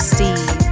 Steve